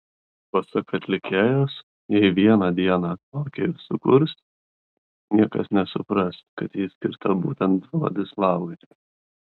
pasak atlikėjos jei vieną dieną tokią ir sukurs niekas nesupras kad ji skirta būtent vladislavui